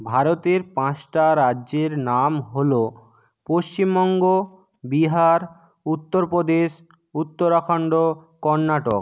ভারতের পাঁচটা রাজ্যের নাম হল পশ্চিমবঙ্গ বিহার উত্তরপ্রদেশ উত্তরাখন্ড কর্ণাটক